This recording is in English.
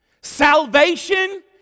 salvation